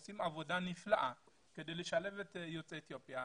עושים עבודה נפלאה כדי לשלב את יוצאי אתיופיה,